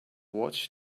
watch